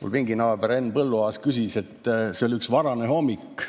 Mu pinginaaber Henn Põlluaas küsis – see oli üks varane hommik